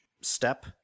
step